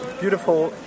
beautiful